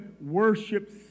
worships